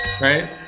Right